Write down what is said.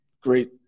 great